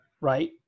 Right